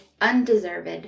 undeserved